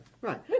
Right